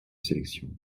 sélection